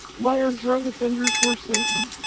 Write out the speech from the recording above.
why are drug offenders worth saving?